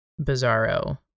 bizarro